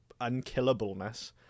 unkillableness